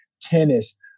tennis